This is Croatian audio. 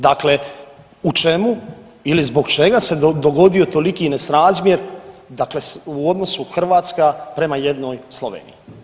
Dakle, u čemu ili zbog čega se dogodio toliki nesrazmjer dakle u odnosu Hrvatska prema jednoj Sloveniji?